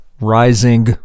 Rising